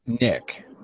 Nick